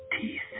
teeth